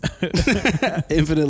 Infinite